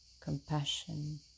compassion